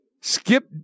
Skip